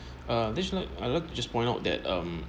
uh this I'd like to just point out that um